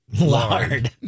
Lard